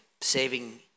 saving